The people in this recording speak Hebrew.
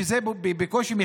שזה בקושי,